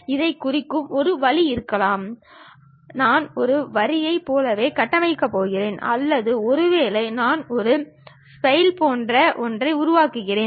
இதைக் குறிக்கும் ஒரு வழி இருக்கலாம் நான் ஒரு வரியைப் போலவே கட்டமைக்கப் போகிறேன் அல்லது ஒருவேளை நான் ஒரு ஸ்ப்லைன் போன்ற ஒன்றை உருவாக்குகிறேன்